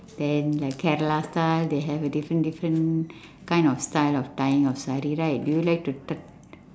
then like cat last time they have a different different kind of style of tying your sari right do you like to t~ t~